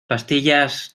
pastillas